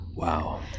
Wow